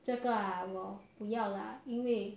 这个啊我不要啦因为